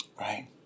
Right